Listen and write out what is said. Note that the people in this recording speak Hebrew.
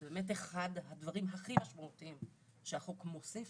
וזה באמת אחד הדברים הכי משמעותיים שהחוק מוסיף,